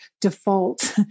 default